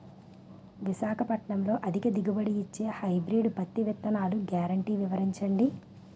విశాఖపట్నంలో అధిక దిగుబడి ఇచ్చే హైబ్రిడ్ పత్తి విత్తనాలు గ్యారంటీ వివరించండి?